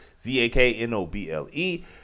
Z-A-K-N-O-B-L-E